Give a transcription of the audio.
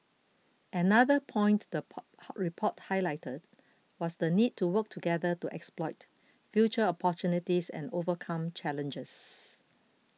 another point the report highlighted was the need to work together to exploit future opportunities and overcome challenges